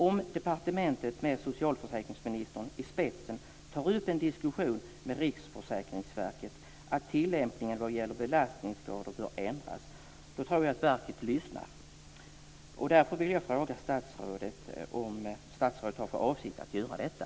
Om departementet med socialförsäkringsministern i spetsen tar upp en diskussion med Riksförsäkringsverket om att tillämpningen vid belastningsskador bör ändras, då tror jag att verket lyssnar. Därför vill jag fråga statsrådet om statsrådet har för avsikt att göra detta.